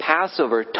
Passover